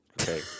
Okay